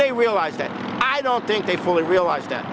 they realize that i don't think they fully realized that